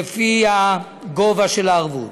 לפי הגובה של הערבות.